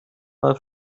mal